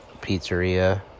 pizzeria